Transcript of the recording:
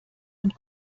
und